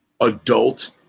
adult